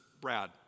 Brad